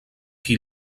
qui